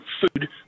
food